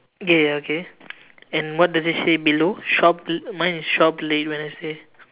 ya ya okay and what does it say below shop l~ mine is shop late wednesday